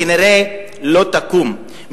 כנראה לא תקום,